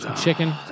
Chicken